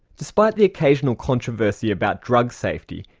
despite the occasional controversy about drug safety,